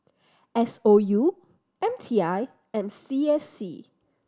S O U M T I and C S C